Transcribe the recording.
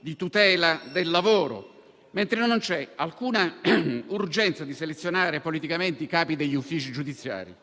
di tutela del lavoro. Non c'è invece alcuna urgenza di selezionare politicamente i capi degli uffici giudiziari.